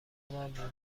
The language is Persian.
موندم